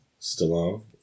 Stallone